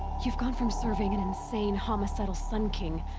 you've gone from serving an insane homicidal sun king.